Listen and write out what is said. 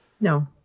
No